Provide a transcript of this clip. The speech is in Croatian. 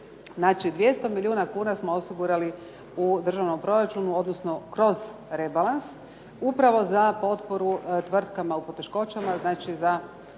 Znači, 200 milijuna kuna smo osigurali u državnom proračunu odnosno kroz rebalans upravo za potporu tvrtkama u poteškoćama znači za